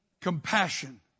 compassion